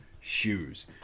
shoes